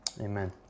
Amen